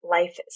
life